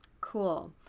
Cool